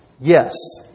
yes